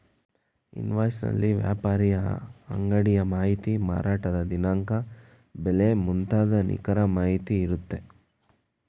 invoice ನಲ್ಲಿ ವ್ಯಾಪಾರಿಯ ಅಂಗಡಿಯ ಮಾಹಿತಿ, ಮಾರಾಟದ ದಿನಾಂಕ, ಬೆಲೆ ಮುಂತಾದ ನಿಖರ ಮಾಹಿತಿ ಇರುತ್ತೆ